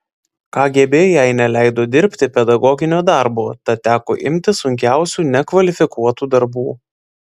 kgb jai neleido dirbti pedagoginio darbo tad teko imtis sunkiausių nekvalifikuotų darbų